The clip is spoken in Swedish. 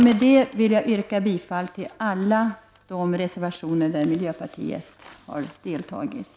Med det anförda vill jag yrka bifall till alla de reservationer som miljöpartiet står bakom.